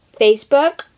Facebook